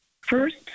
first